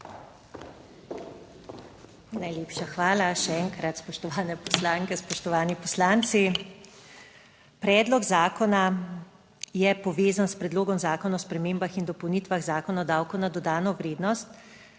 Najlepša hvala še enkrat. Spoštovane poslanke, spoštovani poslanci. Predlog zakona je povezan s Predlogom zakona o spremembah in dopolnitvah Zakona o davku na dodano vrednost,